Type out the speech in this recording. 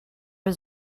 was